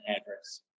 address